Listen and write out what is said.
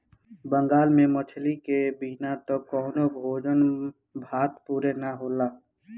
बंगाल में मछरी के बिना त कवनो भोज भात पुरे ना होला